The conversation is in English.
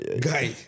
Guy